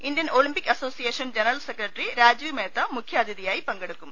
Indian Olympic association general secretary Rajeev Mehta മുഖ്യാതിഥിയായി പങ്കെടുക്കും